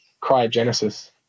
cryogenesis